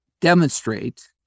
demonstrate